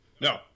No